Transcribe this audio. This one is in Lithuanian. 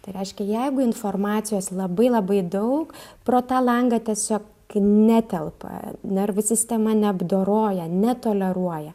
tai reiškia jeigu informacijos labai labai daug pro tą langą tiesiog netelpa nervų sistema neapdoroja netoleruoja